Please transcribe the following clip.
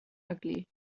ugly